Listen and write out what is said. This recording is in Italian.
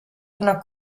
una